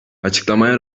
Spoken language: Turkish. açıklamaya